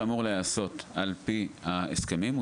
שאמור להיעשות על-פי ההסכמים,